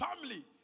family